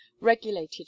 regulated